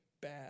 bad